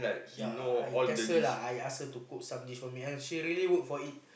ya I test her lah I ask her cook some dish for me and she really work for it